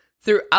throughout